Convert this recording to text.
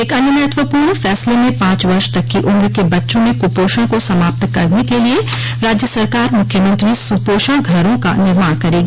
एक अन्य महत्वपूर्ण फैसले में पांच वर्ष तक की उम्र के बच्चों में क्पोषण को समाप्त करने के लिए राज्य सरकार मूख्यमंत्री सूपोषण घरों का निर्माण करेगी